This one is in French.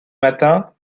matin